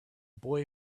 boy